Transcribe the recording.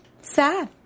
Sad